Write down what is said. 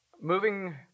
Moving